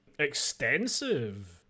extensive